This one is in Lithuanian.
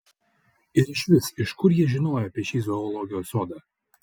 ir išvis iš kur ji žinojo apie šį zoologijos sodą